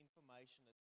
information